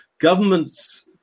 governments